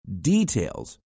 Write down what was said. details